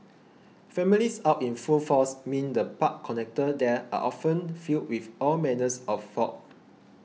families out in full force mean the park connectors there are often filled with all manner of folk